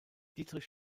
dietrich